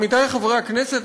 עמיתי חברי הכנסת,